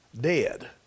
dead